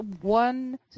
one